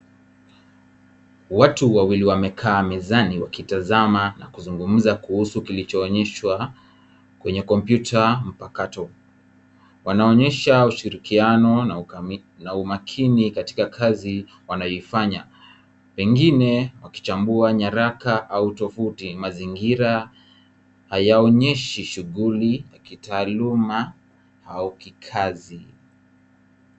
Watu wawili wamekaa mezani wakitazama na kuzungumza kuhusu kilichoonyeshwa kwenye kompyuta mpakato. Wanaonyesha ushirikiano na umakini katika kazi wanayoifanya pengine wakichambua nyaraka au tovuti. Mazingira hayaonyeshi shughuli ya kitaaluma au kikazi.